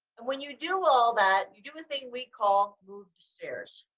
and when you do all that you do a thing we call move the stairs.